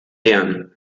bern